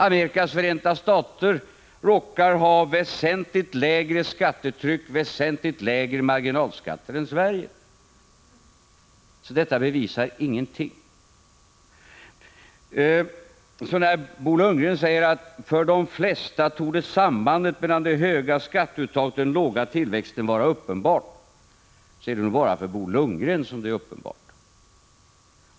Amerikas Förenta stater har väsentligt lägre skattetryck och väsentligt lägre marginalskatter än Sverige, så detta bevisar ingenting. När Bo Lundgren påstår att sambandet mellan det höga skatteuttaget och den låga tillväxten torde vara uppenbart för de flesta, vill jag genmäla att det nog bara är för Bo Lundgren som detta är uppenbart.